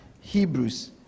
Hebrews